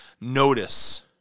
notice